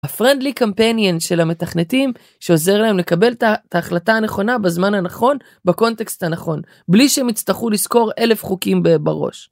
פרנדלי קמפיין של המתכנתים שעוזר להם לקבל את ההחלטה הנכונה בזמן הנכון בקונטקסט הנכון בלי שהם יצטרכו לזכור אלף חוקים בראש.